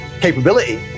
capability